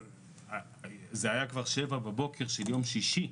זה היה כבר 07:00 ביום שישי.